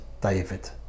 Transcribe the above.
David